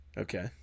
okay